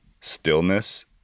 stillness